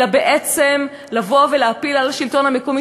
אלא בעצם לבוא ולהפיל על השלטון המקומי,